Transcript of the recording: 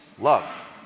love